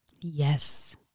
Yes